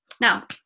Now